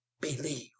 believe